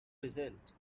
result